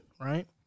right